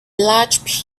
large